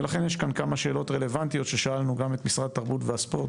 ולכן יש כאן כמה שאלות רלוונטיות ששאלנו גם את משרד התרבות והספורט,